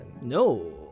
No